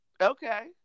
Okay